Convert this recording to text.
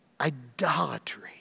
idolatry